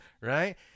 Right